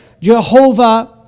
Jehovah